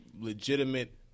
legitimate